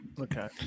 Okay